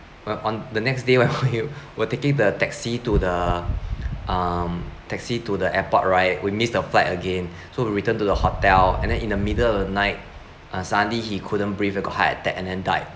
on on the next day while we're we're taking the taxi to the um taxi to the airport right we missed the flight again so we return to the hotel and then in the middle of the night uh suddenly he couldn't breathe because of heart attack and then died